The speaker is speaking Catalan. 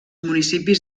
municipis